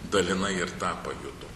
dalinai ir tą pajuto